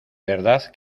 verdad